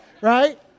right